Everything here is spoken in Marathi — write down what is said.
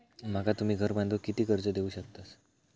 माका तुम्ही घर बांधूक किती कर्ज देवू शकतास?